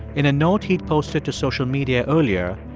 in a note he'd posted to social media earlier,